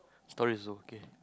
story also okay